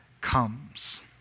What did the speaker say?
comes